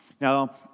Now